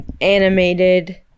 animated